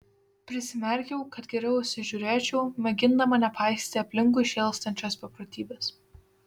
prisimerkiau kad geriau įsižiūrėčiau mėgindama nepaisyti aplinkui šėlstančios beprotybės